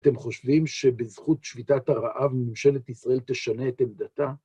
אתם חושבים שבזכות שביתת הרעב ממשלת ישראל תשנה את עמדתה?